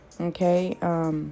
okay